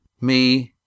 Me